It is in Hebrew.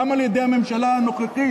גם על-ידי הממשלה הנוכחית,